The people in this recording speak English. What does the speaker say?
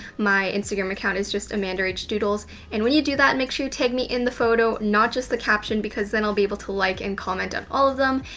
my instagram account is just amandarachdoodles and when you do that, make sure you tag me in the photo, not just the caption because then i'll be able to like and comment on all of them.